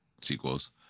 sequels